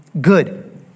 good